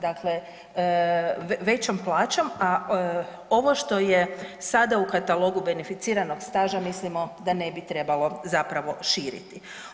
Dakle, većom plaćom, a ovo što je sada u katalogu beneficiranog staža mislimo da ne bi trebalo zapravo širiti.